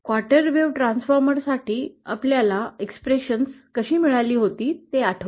quarter wave transformer साठी आपल्याला अभिव्यक्ती expression एक्सप्रेशन कशी मिळाली होती ते आठवा